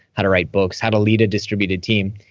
how to write books, how to lead a distributed team.